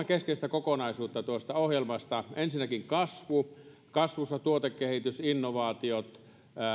keskeistä kokonaisuutta tuosta ohjelmasta ensinnäkin kasvu ja kasvussa tuotekehitys ja innovaatiot